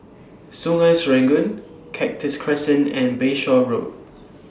Sungei Serangoon Cactus Crescent and Bayshore Road